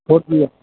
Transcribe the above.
सोचि लियौ